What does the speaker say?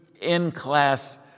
in-class